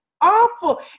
awful